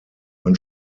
man